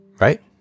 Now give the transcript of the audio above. Right